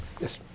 Yes